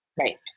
Right